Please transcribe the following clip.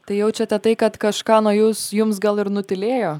tai jaučiate tai kad kažką nuo jūsų jums gal ir nutylėjo